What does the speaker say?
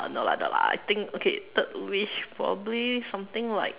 no lah no lah I think okay third wish probably something like